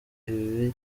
ibi